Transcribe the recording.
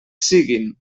siguin